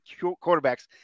quarterbacks